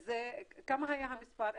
כמה היה המספר?